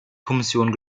kommission